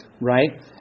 right